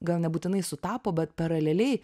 gal nebūtinai sutapo bet paraleliai